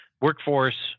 workforce